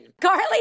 Carly